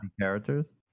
characters